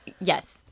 yes